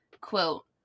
quote